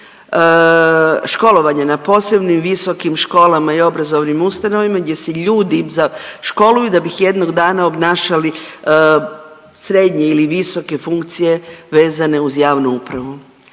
školovanja na posebnim visokim školama i obrazovnim ustanovama gdje se ljudi školuju da bih jednog dana obnašali srednje ili visoke funkcije vezane uz javnu upravu.